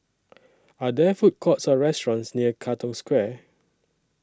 Are There Food Courts Or restaurants near Katong Square